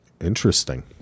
interesting